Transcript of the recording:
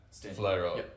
flare-up